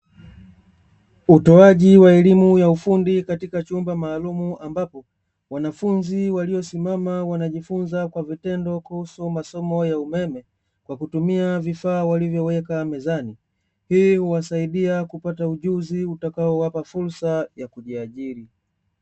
Utoaji wa ELimu ya ufundi katika chumba maalumu ambapo wanafunzi waliosimama wanajifunza kwa vitendo, Kuhusu masomo ya umeme kwa kutumia vifaa walivyoweka mezani, hii huwasaidia kupata ujuzi utakaowapa futsa ya kujiajili.